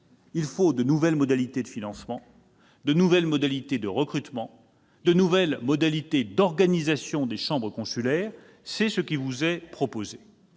Il faut de nouvelles modalités de financement, de nouvelles modalités de recrutement et de nouvelles modalités d'organisation des chambres consulaires : c'est ce qui vous est proposé.